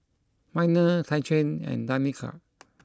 Minor Tyquan and Danica